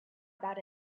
about